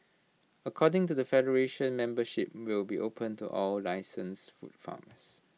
according to the federation membership will be opened to all licensed food farmers